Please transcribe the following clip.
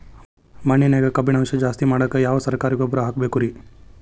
ಮಣ್ಣಿನ್ಯಾಗ ಕಬ್ಬಿಣಾಂಶ ಜಾಸ್ತಿ ಮಾಡಾಕ ಯಾವ ಸರಕಾರಿ ಗೊಬ್ಬರ ಹಾಕಬೇಕು ರಿ?